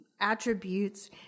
attributes